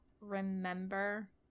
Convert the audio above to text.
remember